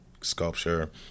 sculpture –